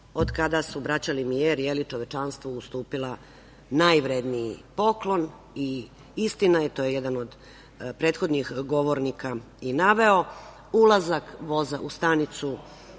od kada su braća Limijer čovečanstvu ustupila najvredniji poklon, i istina je, to je jedan od prethodnih govornika i naveo, „Ulazak voza u stanicu“,